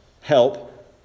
help